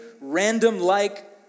random-like